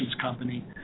company